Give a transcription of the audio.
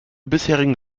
bisherigen